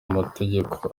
mategeko